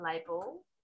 label